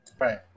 right